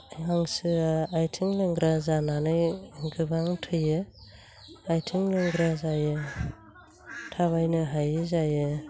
हांसोआ आथिं लेंग्रा जानानै गोबां थैयो आथिं लेंग्रा जायो थाबायनो हायै जायो